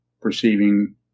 perceiving